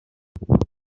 vielleicht